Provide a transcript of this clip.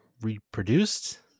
reproduced